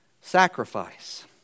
sacrifice